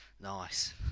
Nice